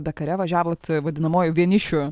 dakare važiavot vadinamojoj vienišių